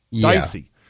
Dicey